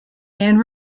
ann